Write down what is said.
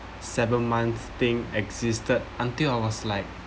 seven month thing existed until I was like